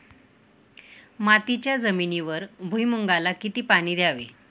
मातीच्या जमिनीवर भुईमूगाला किती पाणी द्यावे?